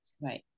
Right